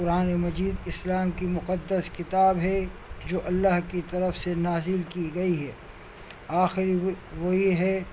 قرآن مجید اسلام کی مقدس کتاب ہے جو اللہ کی طرف سے نازل کی گئی ہے آخری وحی ہے